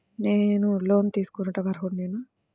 నేను లోన్ తీసుకొనుటకు అర్హుడనేన?